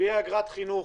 ותהיה אגרת חינוך